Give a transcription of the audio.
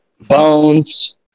Bones